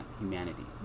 humanity